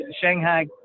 Shanghai